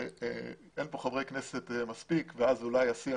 שאין כאן מספיק חברי כנסת ואז אולי השיח